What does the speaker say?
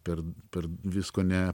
per per visko ne